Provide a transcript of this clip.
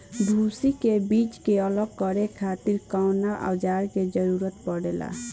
भूसी से बीज के अलग करे खातिर कउना औजार क जरूरत पड़ेला?